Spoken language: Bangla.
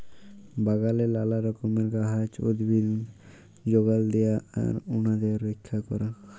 বাগালে লালা রকমের গাহাচ, উদ্ভিদ যগাল দিয়া আর উনাদের রইক্ষা ক্যরা